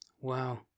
Wow